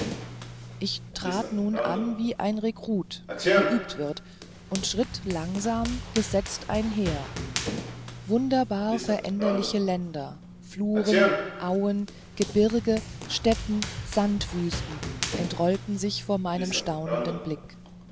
ich trat nun an wie ein rekrut der geübt wird und schritt langsam gesetzt einher wunderbar veränderliche länder fluren auen gebirge steppen sandwüsten entrollen sich vor meinem staunenden blick